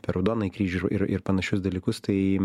per raudonąjį kryžių ir ir ir panašius dalykus tai